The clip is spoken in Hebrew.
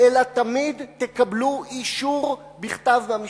אלא תמיד תקבלו אישור בכתב מהמשפחה,